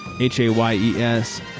H-A-Y-E-S